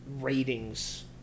ratings